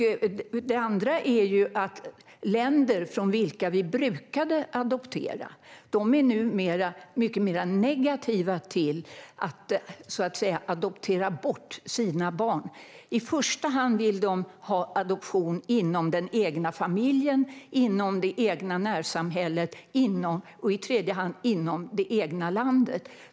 För det andra är de länder från vilka vi tidigare brukade adoptera numera mycket mer negativa till att så att säga adoptera bort sina barn. De vill ha adoption i första hand inom den egna familjen, i andra hand inom det egna närsamhället och i tredje hand inom det egna landet.